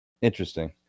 Interesting